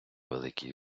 великій